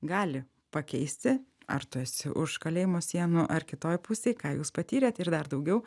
gali pakeisti ar tu esi už kalėjimo sienų ar kitoj pusėj ką jūs patyrėt ir dar daugiau